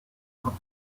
kopf